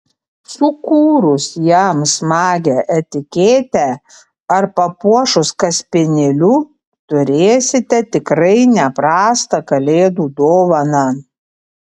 sukūrus jam smagią etiketę ar papuošus kaspinėliu turėsite tikrai ne prastą kalėdų dovaną